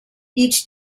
each